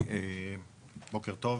בוקר טוב.